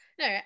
No